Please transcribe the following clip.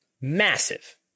massive